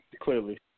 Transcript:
Clearly